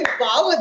wow